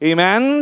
Amen